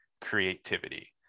creativity